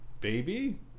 baby